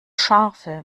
scharfe